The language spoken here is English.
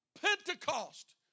Pentecost